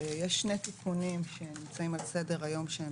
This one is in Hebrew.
יש שני תיקונים שנמצאים על סדר היום שהם